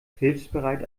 hilfsbereit